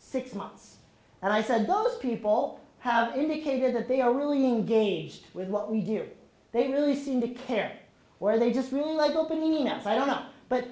six months and i said those people have indicated that they are really engaged with what we do here they really seem to care where they just really like open enough i don't know but